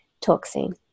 Toxin